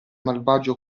malvagio